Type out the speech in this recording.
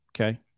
Okay